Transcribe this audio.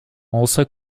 also